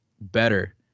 better